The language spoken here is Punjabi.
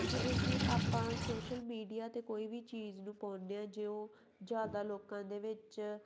ਜਿਵੇਂ ਕਿ ਆਪਾਂ ਸ਼ੋਸ਼ਲ ਮੀਡੀਆ 'ਤੇ ਕੋਈ ਵੀ ਚੀਜ਼ ਨੂੰ ਪਾਉਂਦੇ ਹਾਂ ਜੇ ਉਹ ਜ਼ਿਆਦਾ ਲੋਕਾਂ ਦੇ ਵਿੱਚ